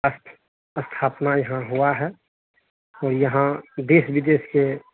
अस्थ स्थापना यहाँ हुआ है औ यहाँ देश विदेश के